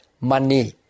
money